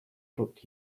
book